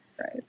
right